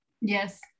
Yes